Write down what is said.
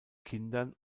kindern